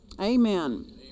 amen